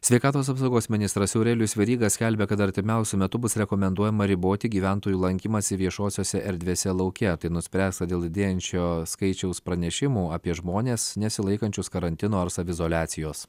sveikatos apsaugos ministras aurelijus veryga skelbia kad artimiausiu metu bus rekomenduojama riboti gyventojų lankymąsi viešosiose erdvėse lauke tai nuspręsta dėl didėjančio skaičiaus pranešimų apie žmones nesilaikančius karantino ar saviizoliacijos